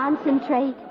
Concentrate